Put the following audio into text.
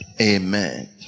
Amen